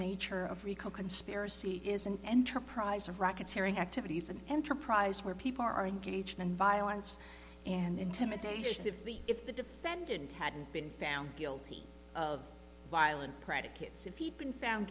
nature of rico conspiracy is an enterprise of racketeering activities an enterprise where people are engaged in violence and intimidation if the if the defendant hadn't been found guilty of while and predicates if he'd been found